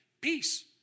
peace